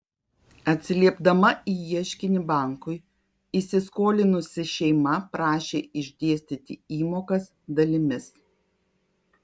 atsiliepdama į ieškinį bankui įsiskolinusi šeima prašė išdėstyti įmokas dalimis